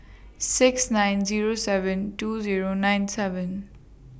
six nine Zero seven two Zero nine seven